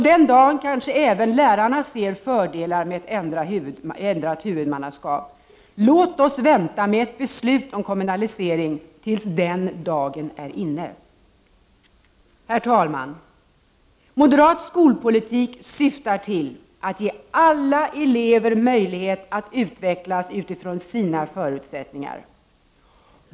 Den dagen kanske även lärarna ser fördelar med ett ändrat huvudmannaskap. Låt oss vänta med ett beslut om kommunalisering tills den dagen är inne! Herr talman! Moderat skolpolitik syftar till att ge alla elever möjligheter att utvecklas utifrån sina förutsättningar.